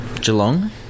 Geelong